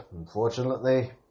unfortunately